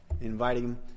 inviting